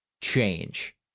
change